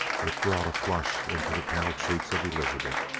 it brought a flush into the pale cheeks of elizabeth.